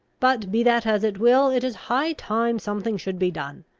but, be that as it will, it is high time something should be done.